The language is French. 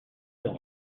d’un